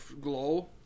glow